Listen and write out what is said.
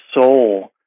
soul